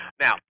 Now